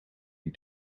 die